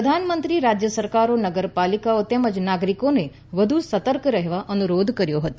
પ્રધાનમંત્રી રાજ્ય સરકારો નગરપાલિકાઓ તેમજ નાગરિકોને વધ્ય સતર્ક રહેવા અન્રરોધ કર્યો હતો